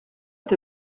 est